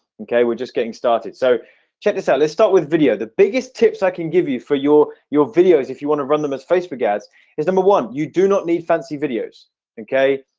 okay. we're just getting started so check this out let's start with video the biggest tips i can give you for your your videos if you want to run them as facebook ads is number one you do not need fancy videos okay,